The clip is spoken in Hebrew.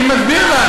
אני מסביר לך.